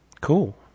Cool